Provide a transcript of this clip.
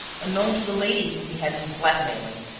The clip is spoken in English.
unknown to the lady whom he had been blackmailing.